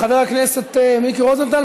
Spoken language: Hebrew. חבר הכנסת מיקי רוזנטל,